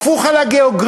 הפוך על הגיאוגרפיה,